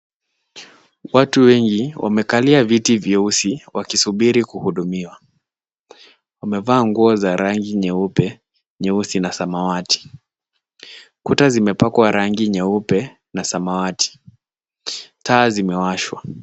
Watu wengi wamekalia viti vyeusi wakisubiri kuhudumiwa wamevaa nguo za rangi nyeupe, nyeusi na samawati. Kuta zimepakwa rangi nyeupe na samawati. Taa zimewashwa.